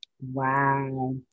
Wow